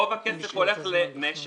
רוב הכסף הולך ל"נשר",